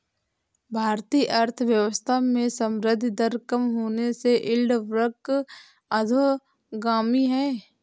भारतीय अर्थव्यवस्था में संवृद्धि दर कम होने से यील्ड वक्र अधोगामी है